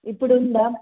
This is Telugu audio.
ఇప్పుడుందా